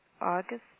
August